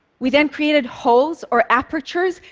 we then created holes, or apertures,